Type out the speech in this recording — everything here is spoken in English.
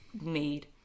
made